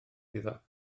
iddo